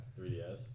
3DS